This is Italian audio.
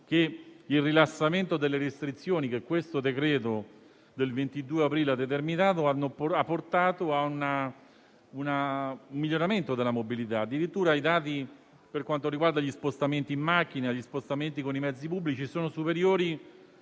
il rilassamento delle restrizioni, che il decreto del 22 aprile ha determinato, ha portato a un miglioramento della mobilità. Addirittura, i dati per quanto riguarda gli spostamenti in macchina e con i mezzi pubblici sono superiori